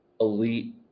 elite